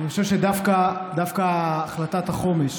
שאני חושב שדווקא החלטת החומש